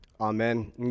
Amen